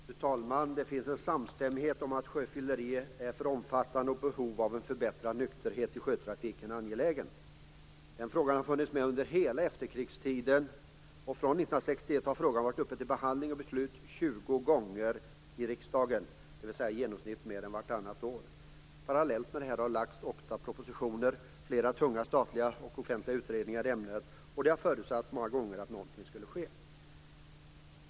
Fru talman! Det finns en samstämmighet om att sjöfylleri är för omfattande och att behovet av en förbättrad nykterhet i sjötrafiken är angeläget. Den frågan har funnits med under hela efterkrigstiden. Från 1961 har frågan var uppe till behandling och beslut 20 gånger i riksdagen, dvs. i genomsnitt mer är vartannat år. Parallellt med detta har det lagts fram åtta propositioner och flera tunga statliga och offentliga utredningar i ämnet. Det har förutsatts många gånger att någonting skulle ske.